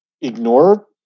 ignore